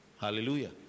Hallelujah